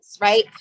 right